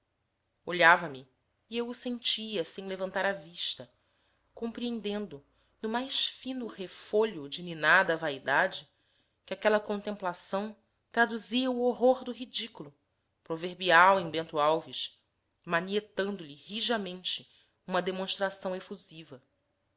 nos cabelos olhava-me e eu o sentia sem levantar a vista compreendendo no mais fino refolho de ninada vaidade que aquela contemplação traduzia o horror do ridículo proverbial em bento alves manietando lhe rijamente uma demonstração efusiva